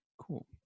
Cool